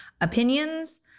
opinions